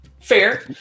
Fair